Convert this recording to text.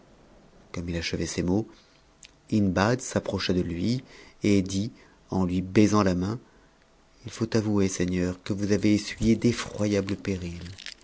comme il achevait ces mots hindbad s'approcha de lui et dit faisant la main il faut avouer seigneur que vous avez essuyé ht'oyames périls